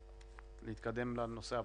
צריכים להתקדם לנושא הבא.